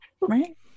Right